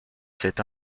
cet